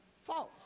false